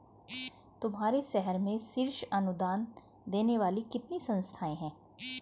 तुम्हारे शहर में शीर्ष अनुदान देने वाली कितनी संस्थाएं हैं?